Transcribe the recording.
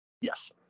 Yes